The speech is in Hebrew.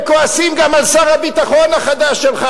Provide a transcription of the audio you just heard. הם כועסים גם על שר הביטחון החדש שלך,